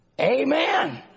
Amen